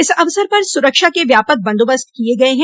इस अवसर पर सुरक्षा के व्यापक बन्दोबस्त किये गये हैं